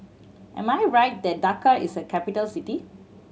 am I right that Dakar is a capital city